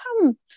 come